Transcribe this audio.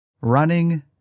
running